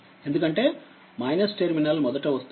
ఎందుకంటే టెర్మినల్ మొదట వస్తోంది